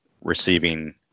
receiving